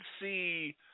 see